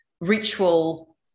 ritual